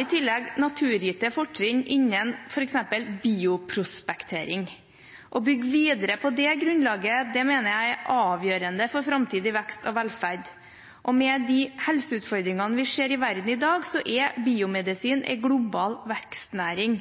I tillegg har vi naturgitte fortrinn innen f.eks. bioprospektering. Å bygge videre på det grunnlaget mener jeg er avgjørende for framtidig vekst og velferd. Med de helseutfordringene vi ser i verden i dag, er biomedisin en global vekstnæring,